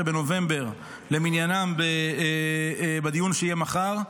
ב-19 בנובמבר למניינם בדיון שיהיה מחר,